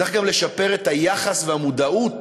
צריך גם לשפר את היחס והמודעות